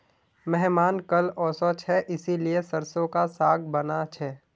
मेहमान कल ओशो छे इसीलिए सरसों का साग बाना छे